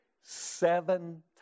seven